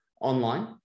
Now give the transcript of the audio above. online